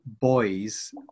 boys